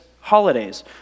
holidays